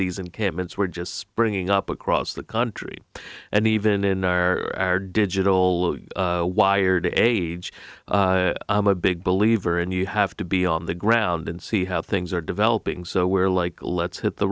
these encampments were just springing up across the country and even in our digital wired age i'm a big believer and you have to be on the ground and see how things are developing so we're like let's hit the